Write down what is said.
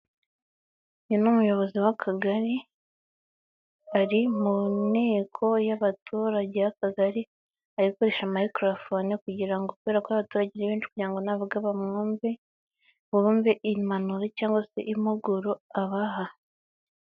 Uyu ni umuyobozi w'akagari, ari mu nteko y'abaturage b'akagari, ari gukoresha mayikorofone kugira ngo kubera ko abaturage benshi kugirango ngo navuga bamwumve, bumve impanuro cyangwa se impuguro abaha.